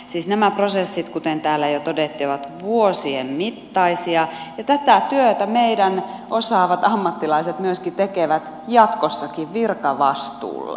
siis nämä prosessit kuten täällä jo todettiin ovat vuosien mittaisia ja tätä työtä meidän osaavat ammattilaiset myöskin tekevät jatkossakin virkavastuulla